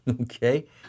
okay